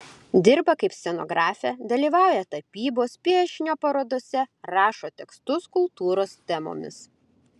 dirba kaip scenografė dalyvauja tapybos piešinio parodose rašo tekstus kultūros temomis